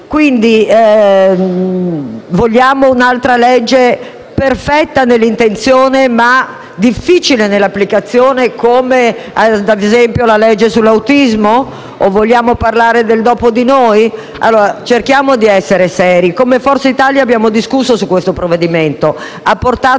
quindi un'altra legge perfetta nell'intenzione, ma difficile nell'applicazione, come ad esempio la legge sull'autismo? O vogliamo parlare della legge sul dopo di noi? Cerchiamo di essere seri. Come Forza Italia abbiamo discusso del provvedimento